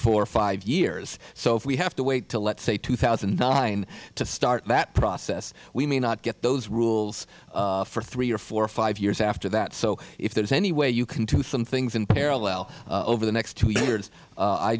four or five years so if we have to wait to let's say two thousand and nine to start that process we may not get those rules for three or four or five years after that so if there is any way you can do some things in parallel over the next two years